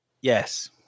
Yes